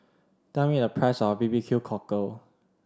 tell me the price of B B Q Cockle